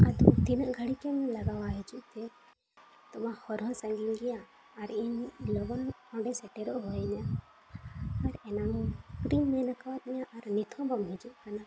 ᱟᱫᱚ ᱛᱤᱱᱟᱹᱜ ᱜᱷᱟᱹᱲᱤᱠᱮᱢ ᱞᱟᱜᱟᱣᱟ ᱦᱤᱡᱩᱜ ᱛᱮ ᱱᱤᱛᱚᱜ ᱦᱚᱨ ᱦᱚᱸ ᱥᱟᱺᱜᱤᱧ ᱜᱮᱭᱟ ᱟᱨ ᱤᱧ ᱞᱚᱜᱚᱱ ᱚᱸᱰᱮ ᱥᱮᱴᱮᱨᱴᱚᱜ ᱦᱩᱭᱟᱧᱟ ᱟᱨ ᱮᱱᱟᱝ ᱨᱤᱧ ᱞᱟᱹᱭ ᱠᱟᱣᱟᱫ ᱢᱮᱭᱟ ᱟᱨ ᱱᱤᱛ ᱦᱚᱸ ᱵᱟᱢ ᱦᱤᱡᱩᱜ ᱠᱟᱱᱟ